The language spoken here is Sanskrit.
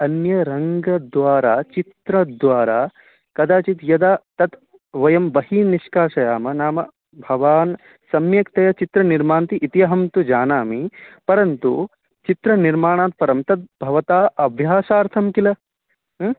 अन्य रङ्गद्वारा चित्रद्वारा कदाचित् यदा तत् वयं बहिः निश्काशयामः नाम भवान् सम्यक्तया चित्रं निर्मान्ति इति अहं तु जानामि परन्तु चित्रनिर्माणात् परं तत् भवता अभ्यासार्थं खिल ह्म्